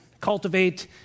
Cultivate